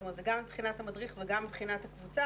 זאת אומרת זה גם מבחינת המדריך וגם מבחינת הקבוצה,